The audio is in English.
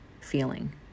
feeling